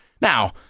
Now